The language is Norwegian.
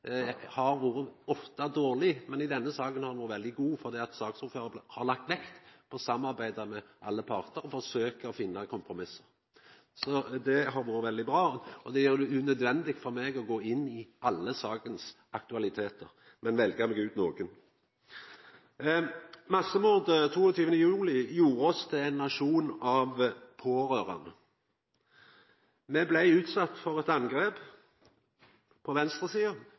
denne saka har ho vore veldig god. Saksordføraren har lagt vekt på å samarbeida med alle partar og forsøkt å finna kompromiss. Det har vore veldig bra. Det gjer det unødvendig for meg å gå inn i alle sakas aktualitetar, men eg kan velja meg ut nokre. Massemordet 22. juli 2011 gjorde oss til ein nasjon av pårørande. Me blei utsette for eit angrep på